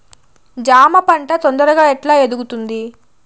జామ పంట తొందరగా ఎట్లా ఎదుగుతుంది?